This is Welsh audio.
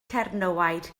cernywiaid